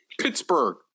Pittsburgh